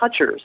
touchers